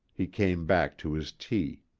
he came back to his tea.